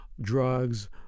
drugs